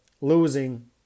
losing